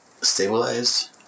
stabilized